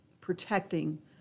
protecting